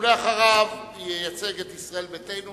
אחריו ייצג את ישראל ביתנו